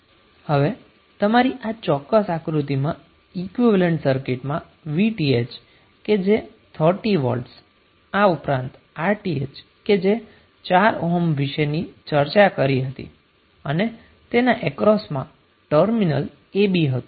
હવે તમારી આ ચોક્ક્સ આક્રુતિમાં ઈક્વીવેલેન્ટ સર્કિટમાં Vth કે જે 30V આ ઉપરાંત Rth કે જે 4 ઓહ્મ વિષેની ચર્ચા કરી હતી અને તેના અક્રોસ માં ટર્મિનલ a b હતું